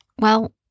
Well